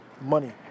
money